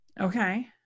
Okay